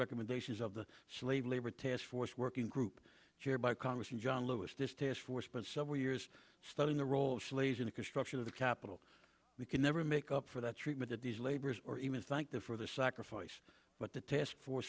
recommendations of the slave labor task force working group shared by congressman john lewis this task force but several years studying the role of slaves in the construction of the capital we could never make up for that treatment at these laborers or even thank them for the sacrifice but the task for